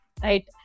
Right